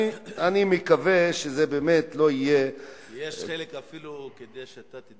אני מקווה שזה באמת לא יהיה, כדי שתדייק,